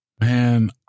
Man